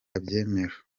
abyemera